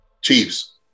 Chiefs